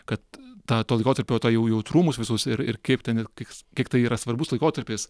kad tą to laikotarpio tą jautrumus visus ir ir kaip ten kiek tai yra svarbus laikotarpis